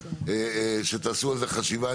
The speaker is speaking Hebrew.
שתעשו על זה חשיבה,